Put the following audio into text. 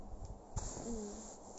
mm